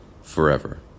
forever